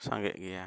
ᱥᱟᱸᱜᱮᱜ ᱜᱮᱭᱟ